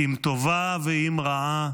"אם טובה ואם רעה,